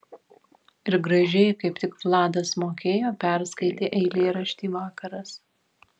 ir gražiai kaip tik vladas mokėjo perskaitė eilėraštį vakaras